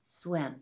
swim